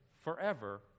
forever